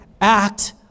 act